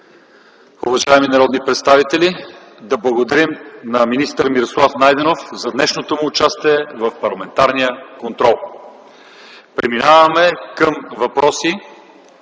Уважаеми народни представители, да благодарим на министър Мирослав Найденов за днешното му участие в парламентарния контрол. Преминаваме към въпроси